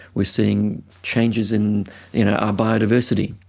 we're seeing changes in you know our biodiversity.